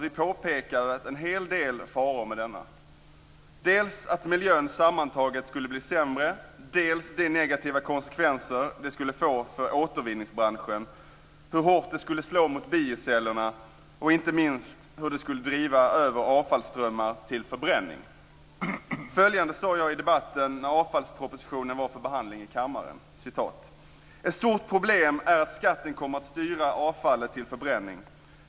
Vi påpekade en hel del faror med denna, dels att miljön sammantaget skulle bli sämre, dels de negativa konsekvenser detta skulle få för återvinningsbranschen, dels hur hårt detta skulle slå mot biocellerna och inte minst hur detta skulle driva över avfallsströmmar till förbränning. Följande sade jag i debatten när avfallspropositionen var uppe för behandling i kammaren: "Ett stort problem är att skatten kommer att styra avfallet till förbränning.